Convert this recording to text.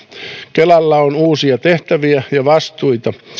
kelalla on uusia tehtäviä ja vastuita